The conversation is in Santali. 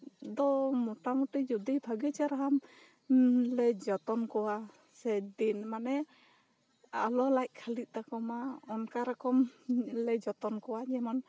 ᱫᱚ ᱢᱚᱴᱟ ᱢᱚᱴᱤ ᱡᱚᱫᱤ ᱵᱟ ᱜᱤ ᱪᱟᱨᱟᱢ ᱞᱮ ᱡᱚᱛᱚᱱ ᱠᱚᱣᱟ ᱥᱮ ᱫᱤᱱ ᱢᱟᱱᱮ ᱟᱞᱳ ᱞᱟᱣᱤᱠ ᱠᱷᱟᱹᱞᱤ ᱛᱟᱠᱚ ᱢᱟ ᱚᱱᱠᱟ ᱨᱚᱠᱚᱢ ᱞᱮ ᱡᱚᱛᱳᱱ ᱠᱚᱣᱟ ᱡᱮᱢᱚᱱ